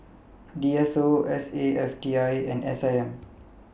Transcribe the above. D S O S A F T I and S I M